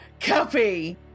copy